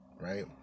right